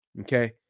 okay